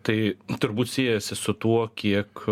tai turbūt siejasi su tuo kiek